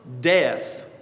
death